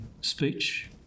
speech